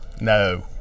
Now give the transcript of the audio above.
No